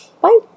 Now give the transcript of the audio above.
Bye